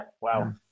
Wow